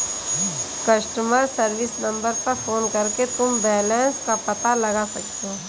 customer service number पर phone करके तुम बैलन्स का पता लगा सकते हो